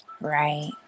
Right